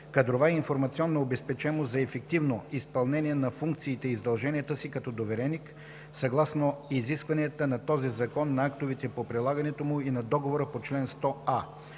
кадрова и информационна обезпеченост за ефективно изпълнение на функциите и задълженията си като довереник съгласно изискванията на този Закон, на актовете по прилагането му и на договора по чл. 100а.”